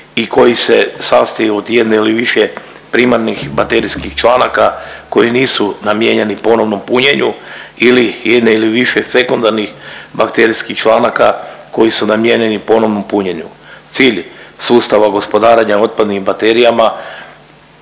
i koji se sastoji od jedne ili više primarnih baterijskih članaka koji nisu namijenjeni ponovnom punjenju ili jedna ili više sekundarnih bakterijskih članaka koji su namijenjeni ponovnom punjenju. Cilj sustava gospodarenja otpadnim baterijama